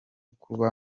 kuba